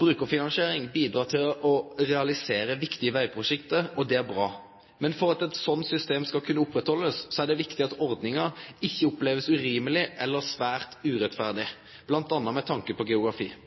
brukarfinansiering bidreg til å realisere viktige vegprosjekt, og det er bra. Men for at eit slikt system skal kunne oppretthaldast, er det viktig at ordninga ikkje blir opplevd urimeleg eller svært urettferdig, bl.a. med tanke på geografi.